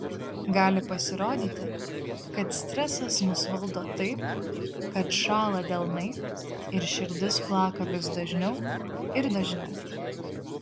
gali pasirodyti kad stresas mus valdo taip kad šąla delnai ir širdis plaka vis dažniau ir dažniau